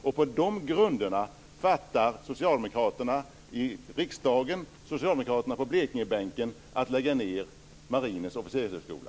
Och på dessa grunder fattar socialdemokraterna i riksdagen och socialdemokraterna på Blekingebänken beslut om att lägga ned Marinens officershögskola!